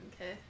okay